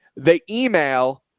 they email.